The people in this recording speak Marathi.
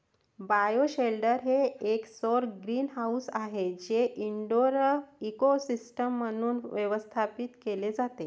बायोशेल्टर हे एक सौर ग्रीनहाऊस आहे जे इनडोअर इकोसिस्टम म्हणून व्यवस्थापित केले जाते